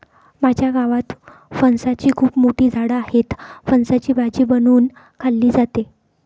माझ्या गावात फणसाची खूप मोठी झाडं आहेत, फणसाची भाजी बनवून खाल्ली जाते